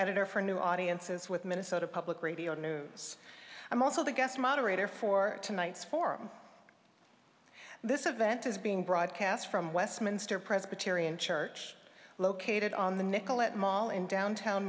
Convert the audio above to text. editor for new audiences with minnesota public radio news i'm also the guest moderator for tonight's forum this event is being broadcast from westminster presbyterian church located on the nicolet mall in downtown